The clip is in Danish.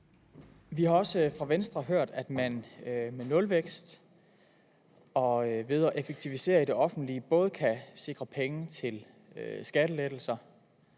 Vi har også fra Venstre hørt, at man med nulvækst og ved at effektivisere i det offentlige både kan sikre penge til skattelettelser